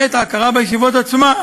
ואת ההכרה בישיבות עצמן,